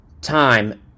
time